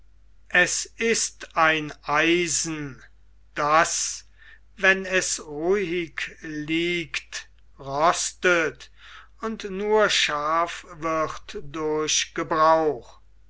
es ist ein eisen das wenn es ruhig liegt rostet und nur scharf wird durch gebrauch